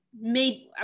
made